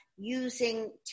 using